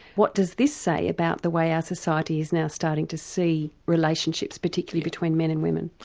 what does this say about the way our society is now starting to see relationships, particularly between men and women?